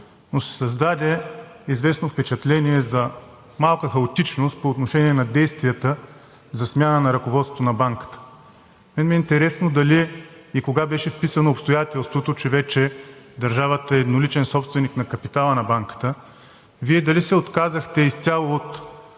но се създаде известно впечатление за малка хаотичност по отношение на действията за смяна на ръководството на Банката. На мен ми е интересно дали и кога беше вписано обстоятелството, че вече държавата е едноличен собственик на капитала на Банката? Вие дали се отказахте изцяло от